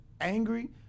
angry